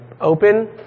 open